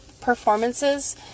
performances